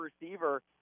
receiver